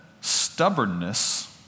stubbornness